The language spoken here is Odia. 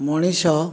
ମଣିଷ